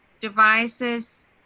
devices